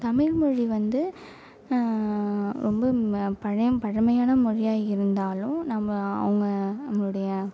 தமிழ் மொழி வந்து ரொம்ப பழ பழமையான மொழியாக இருந்தாலும் நம்ம அவங்க நம்முடைய